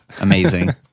Amazing